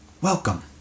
welcome